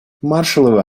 маршалловы